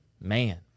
man